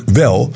wel